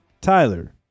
Tyler